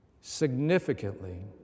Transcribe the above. Significantly